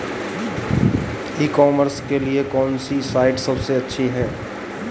ई commerce के लिए कौनसी साइट सबसे अच्छी है?